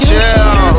Chill